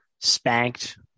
spanked